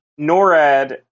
NORAD